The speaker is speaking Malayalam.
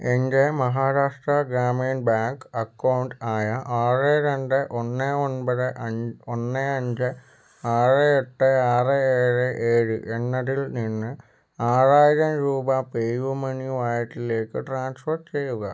എൻ്റെ മഹാരാഷ്ട്ര ഗ്രാമീൺ ബാങ്ക് അക്കൗണ്ട് ആയ ആറ് രണ്ട് ഒന്ന് ഒൻപത് ഒന്ന് അഞ്ച് ആറ് എട്ട് ആറ് ഏഴ് ഏഴ് എന്നതിൽ നിന്ന് ആറായിരം രൂപ പേയുമണി വാലറ്റിലേക്ക് ട്രാൻസ്ഫർ ചെയ്യുക